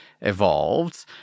evolved